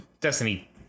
Destiny